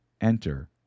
enter